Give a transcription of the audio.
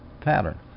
pattern